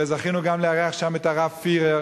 וזכינו גם לארח שם את הרב פירר,